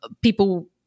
people